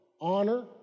Honor